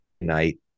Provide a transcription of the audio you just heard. night